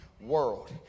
world